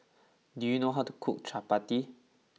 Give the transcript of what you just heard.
do you know how to cook Chapati